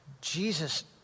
Jesus